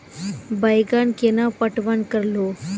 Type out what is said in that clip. बैंगन केना पटवन करऽ लो?